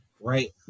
right